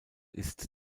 ist